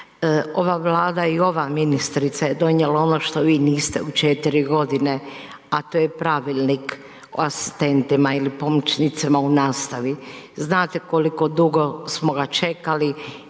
Ova Vlada i ova ministrica je donijela što vi niste u 4 g. a to je Pravilnik o asistentima ili pomoćnicima u nastavi. Znate koliko dugo smo ga čekali